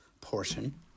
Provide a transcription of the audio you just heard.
portion